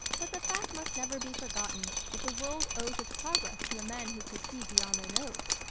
but the fact must never be forgotten that the world owes its progress to the men who could see beyond their nose,